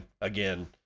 again